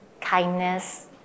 kindness